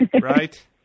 Right